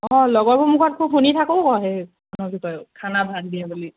অঁ লগৰবোৰৰ মুখত খুব শুনি থাকোঁ আকৌ সেই কি কয় খানা ভাল দিয়ে বুলি